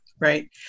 Right